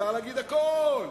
מותר להגיד הכול,